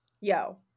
Yo